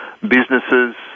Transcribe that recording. businesses